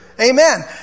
Amen